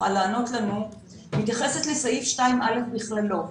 שיוכל לענות לנו, מתייחסת לסעיף 2(א) בכללו.